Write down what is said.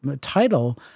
title